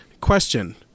Question